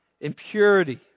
impurity